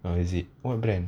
oh is it what brand